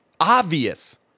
obvious